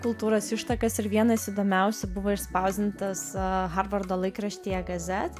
kultūros ištakas ir vienas įdomiausių buvo išspausdintas harvardo laikraštyje gazet